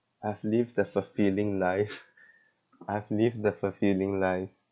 I've lived a fulfilling life I've lived a fulfilling life